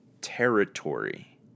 territory